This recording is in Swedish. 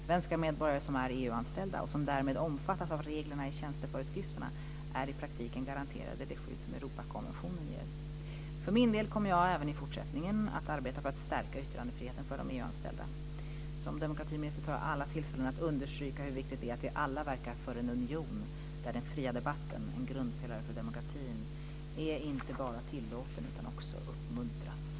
Svenska medborgare som är EU-anställda, och som därmed omfattas av reglerna i tjänsteföreskrifterna, är i praktiken garanterade det skydd som Europakonventionen ger. För min del kommer jag även i fortsättningen att arbeta för att stärka yttrandefriheten för de EU Som demokratiminister tar jag alla tillfällen i akt för att understryka hur viktigt det är att vi alla verkar för en union där den fria debatten, en grundpelare för demokratin, inte bara är tillåten utan också uppmuntras.